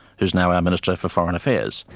who's now our minister for foreign affairs.